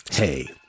Hey